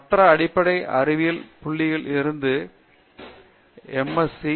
மற்றும் அடிப்படை அறிவியல் புள்ளியில் இருந்து எனவே எம் எஸ் சி M